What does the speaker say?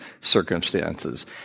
circumstances